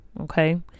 Okay